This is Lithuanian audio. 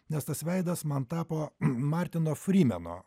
nes tas veidas man tapo martino frymeno